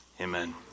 amen